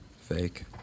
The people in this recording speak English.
fake